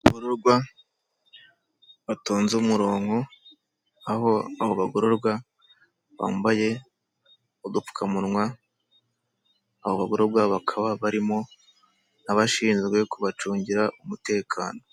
Abagororwa batonze umurongonko aho abo bagororwa bambaye udupfukamunwa aba babororwa bakaba barimo n'abashinzwe kubacungira umutekano.